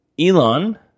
Elon